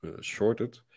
shorted